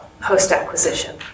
post-acquisition